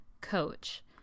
Coach